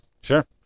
Sure